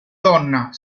donna